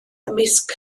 ymysg